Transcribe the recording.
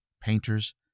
painters